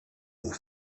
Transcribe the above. aux